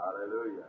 Hallelujah